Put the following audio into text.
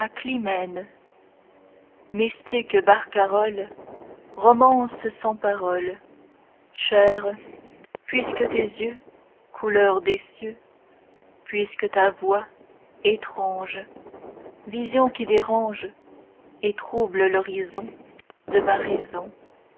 a clymène mystiques barcarolles romances sans paroles chère puisque tes yeux couleur des cieux puisque ta voix étrange vision qui dérange et trouble l'horizon de ma raison